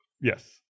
Yes